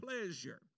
pleasure